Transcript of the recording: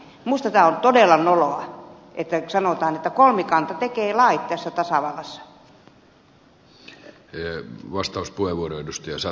minusta tämä on todella noloa että sanotaan että kolmikanta tekee lait tässä tasavallassa